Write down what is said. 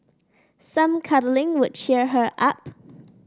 some cuddling would cheer her up